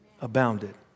abounded